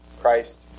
Christ